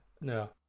No